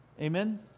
Amen